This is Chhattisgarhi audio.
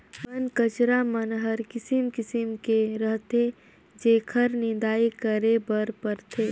बन कचरा मन हर किसिम किसिम के रहथे जेखर निंदई करे बर परथे